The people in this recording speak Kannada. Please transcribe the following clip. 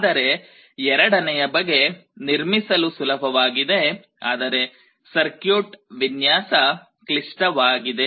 ಆದರೆ ಎರಡನೆಯ ಬಗೆ ನಿರ್ಮಿಸಲು ಸುಲಭವಾಗಿದೆ ಆದರೆ ಸರ್ಕ್ಯೂಟ್ ವಿನ್ಯಾಸ ಕ್ಲಿಷ್ಟವಾಗಿದೆ